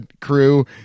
crew